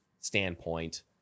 standpoint